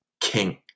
king